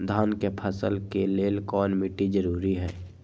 धान के फसल के लेल कौन मिट्टी जरूरी है?